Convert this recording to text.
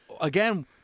again